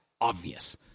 obvious